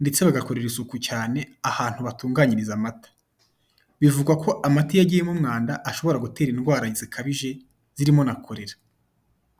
ndetse bagakorera isuku cyane ahantu batunganyiriza amata, bivugwa ko amata, iyo agiyemo umwanda ashobora gutera indwara zikabije, zirimo na korera.